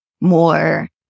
more